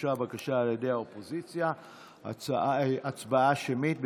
הוגשה בקשה על ידי האופוזיציה להצבעה שמית.